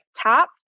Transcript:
Top